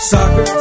Soccer